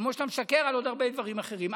כמו שאתה משקר בעוד הרבה דברים אחרים?